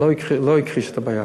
לא אכחיש את הבעיה.